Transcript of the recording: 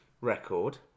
record